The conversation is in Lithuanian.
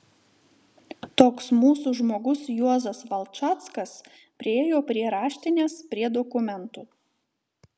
toks mūsų žmogus juozas valčackas priėjo prie raštinės prie dokumentų